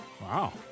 Wow